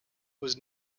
was